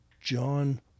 John